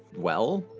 well.